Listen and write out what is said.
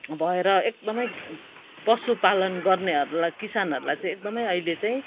भएर एकदमै पशुपालन गर्नेहरूलाई किसानहरूलाई चाहिँ एकदमै अहिले चाहिँ